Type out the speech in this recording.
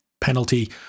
penalty